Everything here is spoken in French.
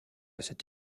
cette